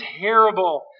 terrible